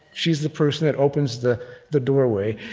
she's the person that opens the the doorway,